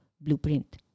blueprint